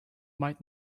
might